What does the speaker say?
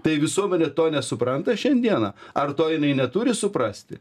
tai visuomenė to nesupranta šiandieną ar to jinai neturi suprasti